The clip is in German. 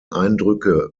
eindrücke